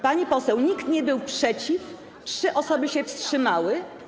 Pani poseł, nikt nie był przeciw, trzy osoby się wstrzymały.